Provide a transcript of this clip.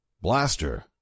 Blaster